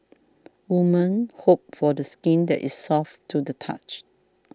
women hope for the skin that is soft to the touch